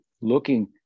looking